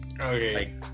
Okay